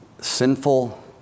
sinful